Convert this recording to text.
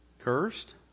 Cursed